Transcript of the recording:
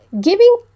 Giving